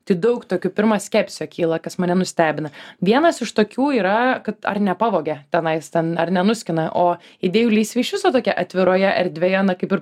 tai daug tokių pirma skepsio kyla kas mane nustebina vienas iš tokių yra kad ar nepavogė tenais ten ar nenuskina o idėjų lysvė iš viso tokia atviroje erdvėje na kaip ir